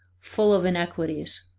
full of inequities.